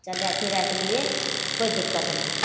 चलय फिरयके लिए कोइ दिक्कत नहि